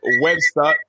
Webster